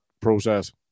process